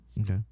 Okay